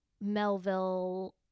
Melville